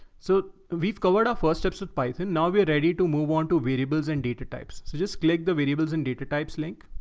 so we've covered our first steps with python. now we are ready to move on to variables and data types. so just click the variables and data types link.